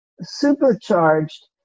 supercharged